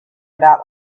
about